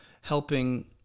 helping